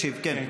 ישיב, כן.